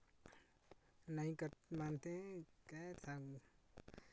नहीं कट मानते ही क्या कारण है